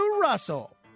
Russell